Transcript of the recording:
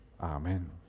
Amen